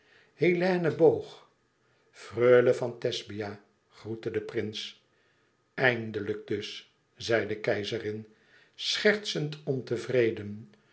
hélène boog freule van thesbia groette de prins eindelijk dus zei de keizerin schertsend ontevreden